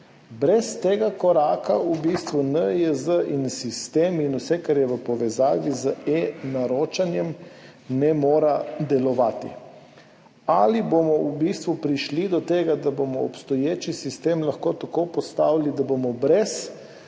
Brez tega koraka v bistvu NIJZ in sistem in vse, kar je v povezavi z eNaročanjem, ne more delovati. Ali bomo prišli do tega, da bomo obstoječi sistem lahko tako postavili, da bomo brez